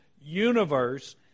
universe